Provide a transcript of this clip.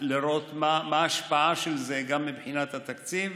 לראות מה ההשפעה של זה גם מבחינת התקציב.